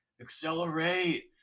accelerate